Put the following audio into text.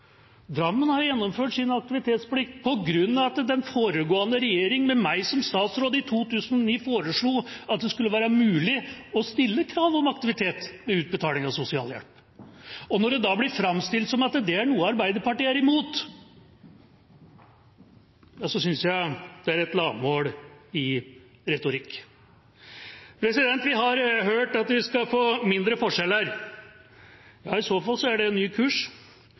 Drammen har gjennomført sin aktivitetsplikt fordi den foregående regjering, med meg som statsråd, i 2009 foreslo at det skulle være mulig å stille krav om aktivitet ved utbetaling av sosialhjelp. Når det da blir framstilt som at det er noe Arbeiderpartiet er imot, synes jeg det er et lavmål i retorikk. Vi har hørt at vi skal få mindre forskjeller. I så fall er det ny kurs.